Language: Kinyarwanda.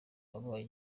wabaye